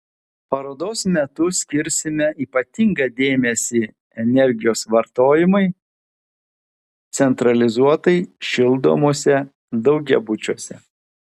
parodos metu skirsime ypatingą dėmesį energijos vartojimui centralizuotai šildomuose daugiabučiuose